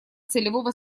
целевого